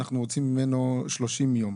אנחנו רוצים ממנו 30 יום.